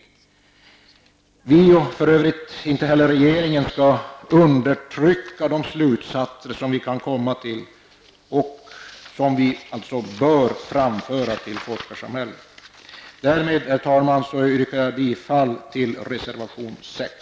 Vi skall inte undertrycka -- och det skall för övrigt inte heller regeringen göra -- de slutsatser som vi kan komma fram till och som vi bör framföra till forskarsamhället. Därmed, herr talman, yrkar jag bifall till reservation 6.